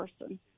person